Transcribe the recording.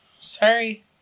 Sorry